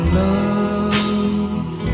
love